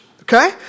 okay